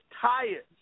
tired